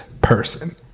person